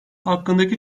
hakkındaki